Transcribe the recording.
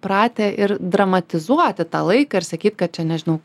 pratę ir dramatizuoti tą laiką ir sakyt kad čia nežinau